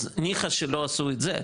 אז ניחא שלא עשו את זה,